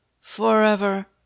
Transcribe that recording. forever